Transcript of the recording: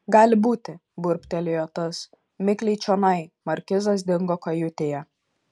gali būti burbtelėjo tas mikliai čionai markizas dingo kajutėje